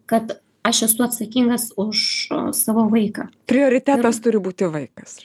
kad aš esu atsakingas už savo vaiką prioritetas turi būti vaikas